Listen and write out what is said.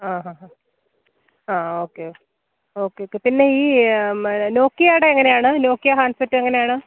ആ ഹാ ഹ ആ ഓക്കെ ഓക്കെ ക്കെ പിന്നെ ഈ നോക്കിയാടെ എങ്ങനെയാണ് നോക്കിയ ഹാന്ഡ്സെറ്റ് എങ്ങനെയാണ്